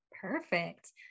Perfect